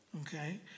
Okay